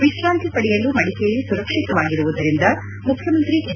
ವಿಶ್ರಾಂತಿ ಪಡೆಯಲು ಮಡಿಕೇರಿ ಸುರಕ್ಷಿತವಾಗಿರುವುದರಿಂದ ಮುಖ್ಯಮಂತ್ರಿ ಎಚ್